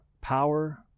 power